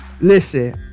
listen